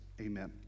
amen